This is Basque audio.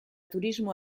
turismo